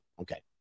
Okay